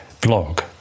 blog